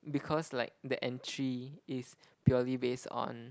because like the entry is purely based on